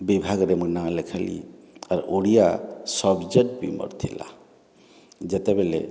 ବିଭାଗରେ ମୁଁ ନାଁ ଲେଖାଇଲି ଆର୍ ଓଡ଼ିଆ ସବ୍ଜେକ୍ଟ ବି ମୋର ଥିଲା ଯେତେବେଳେ